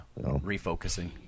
refocusing